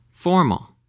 Formal